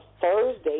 Thursday